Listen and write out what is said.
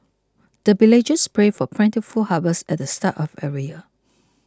the villagers pray for plentiful harvest at the start of every year